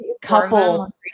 couple